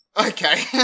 okay